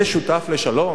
זה שותף לשלום?